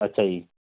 अच्छा जी